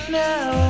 now